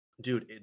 Dude